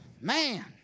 Man